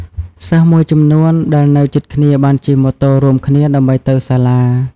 សិស្សមួយចំនួនដែលនៅជិតគ្នាបានជិះម៉ូតូរួមគ្នាដើម្បីទៅសាលា។